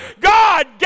God